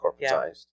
corporatized